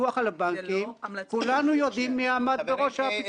הוכחנו לכולם עבודה מקצועית מן השורה הראשונה.